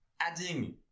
adding